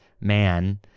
man